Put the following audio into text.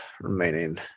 remaining